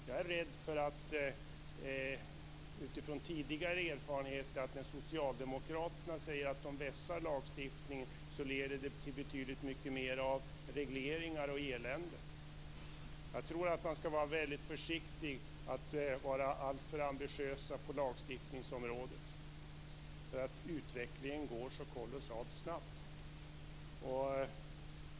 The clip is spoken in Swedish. Jag är rädd för, utifrån tidigare erfarenheter, att när socialdemokraterna säger att de vässar lagstiftningen leder det till betydligt mycket mer av regleringar och elände. Jag tror att man skall vara väldigt försiktig med att vara alltför ambitiös på lagstiftningsområdet, därför att utvecklingen går så kolossalt snabbt.